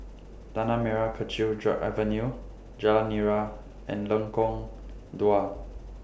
Tanah Merah Kechil Avenue Jalan Nira and Lengkong Dua